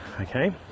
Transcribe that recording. Okay